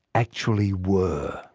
actually were.